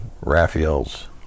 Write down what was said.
Raphael's